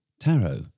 Tarot